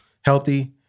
healthy